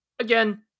Again